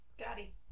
Scotty